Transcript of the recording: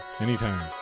Anytime